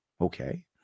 okay